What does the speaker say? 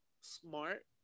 smart